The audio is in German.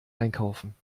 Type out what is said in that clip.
einkaufen